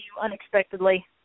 unexpectedly